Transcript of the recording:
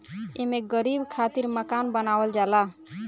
एमे गरीब खातिर मकान बनावल जाला